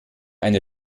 eine